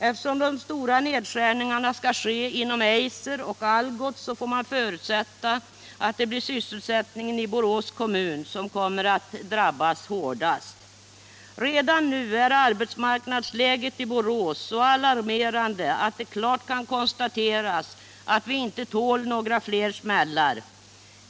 Eftersom de stora nedskärningarna skall ske inom Eiser och Algots får man förutsätta att det blir sysselsättningen i Borås kommun som kommer att drabbas hårdast. Redan nu är arbetsmarknadsläget i Borås så alarmerande att det klart kan konstateras att vi inte tål några fler smällar.